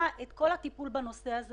ואז יש סיכוי שנעמוד לחודש ב-8 מיליארד